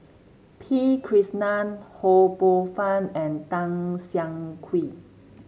P Krishnan Ho Poh Fun and Tan Siah Kwee